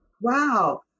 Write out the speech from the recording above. Wow